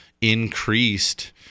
increased